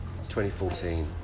2014